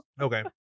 Okay